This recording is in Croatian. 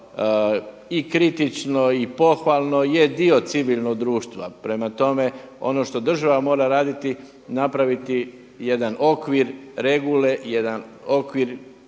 i kritično i pohvalno je dio civilnog društva. Prema tome, ono što država mora raditi, napraviti jedan okvir regule, jedan okvir